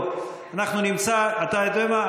אנחנו נמצא, אתה יודע מה?